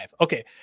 Okay